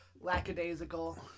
lackadaisical